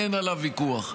ואין עליו ויכוח.